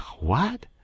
What